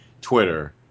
Twitter